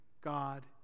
God